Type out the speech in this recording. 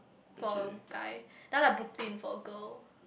for a guy then like Brooklyn for a girl